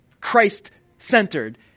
Christ-centered